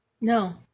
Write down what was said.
No